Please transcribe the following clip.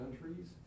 countries